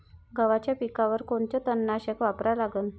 गव्हाच्या पिकावर कोनचं तननाशक वापरा लागन?